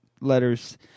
letters